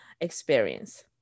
experience